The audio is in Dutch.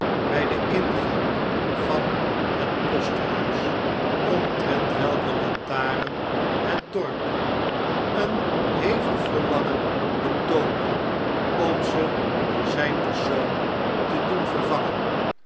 by den ingang van het posthuis omtrent welke lantaren het dorp een hevig verlangen betoonde om ze door zn'n persoon tedoenvervangen het